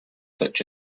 such